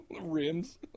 Rims